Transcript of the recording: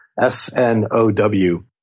S-N-O-W